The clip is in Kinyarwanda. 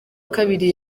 kabiri